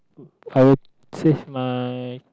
I will save my